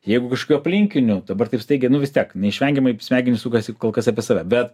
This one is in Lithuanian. jeigu kažkokių aplinkinių dabar taip staigiai nu vis tiek neišvengiamai smegenys sukasi kol kas apie save bet